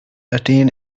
attain